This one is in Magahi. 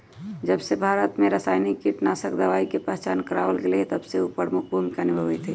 जबसे भारत में रसायनिक कीटनाशक दवाई के पहचान करावल गएल है तबसे उ प्रमुख भूमिका निभाई थई